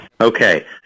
Okay